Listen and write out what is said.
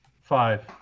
Five